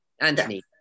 Anthony